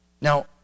Now